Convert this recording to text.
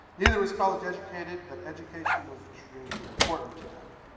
neither was college-educated, but education was extremely important to them,